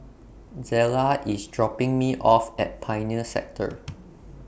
Zela IS dropping Me off At Pioneer Sector